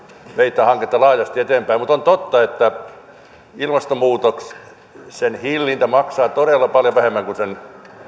vei tätä hanketta laajasti eteenpäin mutta on totta että ilmastonmuutoksen hillintä maksaa todella paljon vähemmän kuin